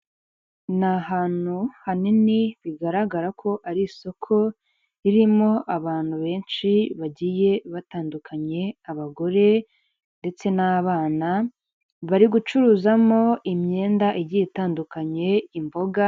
Ni ahantu hanini bigaragara ko ari isoko ririmo abantu benshi bagiye batandukanye abagore ndetse n'abana, bari gucuruzamo imyenda igiye itandukanye, imboga.